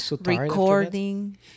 recording